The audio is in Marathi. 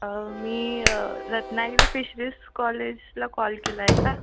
मी रत्नागिरी फिशरीस कॉलेजला कॉल केला आहे का